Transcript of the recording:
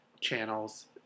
channels